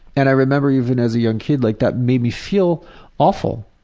and i remember even as a young kid like that made me feel awful.